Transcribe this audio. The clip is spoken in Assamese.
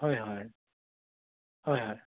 হয় হয় হয় হয়